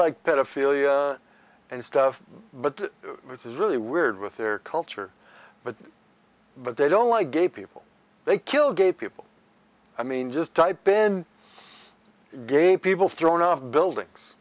like pedophilia and stuff but this is really weird with their culture but but they don't like gay people they kill gay people i mean just type in gay people thrown out of buildings